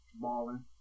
Balling